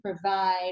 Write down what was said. provide